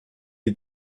had